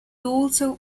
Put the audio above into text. also